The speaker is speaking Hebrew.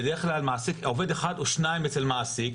בדרך כלל עובד אחד או שניים אצל מעסיק,